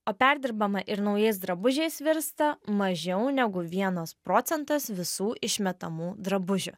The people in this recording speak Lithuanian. o perdirbama ir naujais drabužiais virsta mažiau negu vienas procentas visų išmetamų drabužių